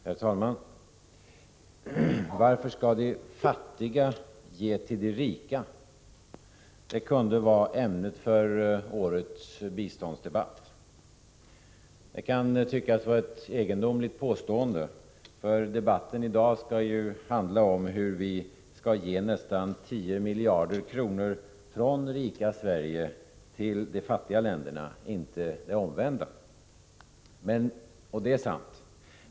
Herr talman! Varför skall de fattiga ge till de rika? Det kunde vara ämnet för årets biståndsdebatt. Det kan tyckas vara ett egendomligt påstående, för debatten i dag skall ju handla om hur vi skall ge nästan 10 miljarder kronor från rika Sverige till de fattiga länderna — inte det omvända. Det är sant.